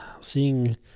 seeing